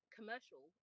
commercial